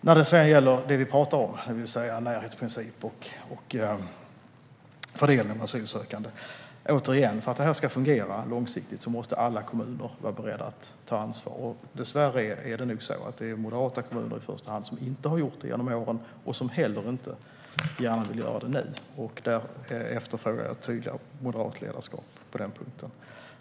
När det gäller det vi pratar om, det vill säga närhetsprincipen och fördelning av asylsökande, måste alla kommuner vara beredda att ta ansvar för att detta ska fungera långsiktigt. Dessvärre är det nog i första hand moderata kommuner som inte har gjort detta genom åren och som heller inte så gärna vill göra det nu. Jag efterfrågar ett tydligare moderat ledarskap på den punkten.